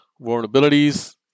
vulnerabilities